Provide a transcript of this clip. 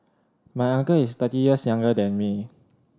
my uncle is thirty years younger than me